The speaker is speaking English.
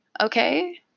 Okay